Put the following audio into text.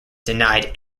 denied